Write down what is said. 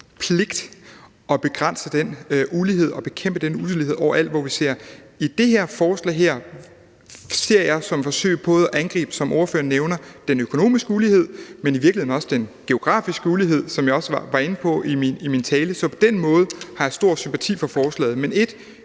pligt at begrænse den ulighed og bekæmpe den ulighed overalt, hvor vi ser den. Det her forslag ser jeg som et forsøg på både at angribe, som ordføreren nævner, den økonomiske ulighed, men i virkeligheden også den geografiske ulighed, som jeg også var inde på i min tale. Så på den måde har jeg stor sympati for forslaget. Men